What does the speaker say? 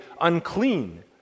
unclean